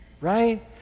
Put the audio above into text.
right